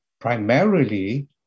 primarily